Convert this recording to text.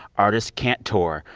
artists can't tour.